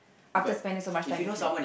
after spending so much time with you